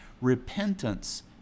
Repentance